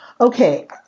Okay